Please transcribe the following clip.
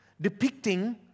depicting